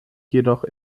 jedoch